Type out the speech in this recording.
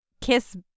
Kiss